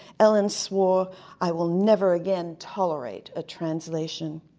ellen swore i will never again tolerate a translation.